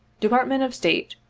department of state,